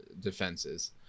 defenses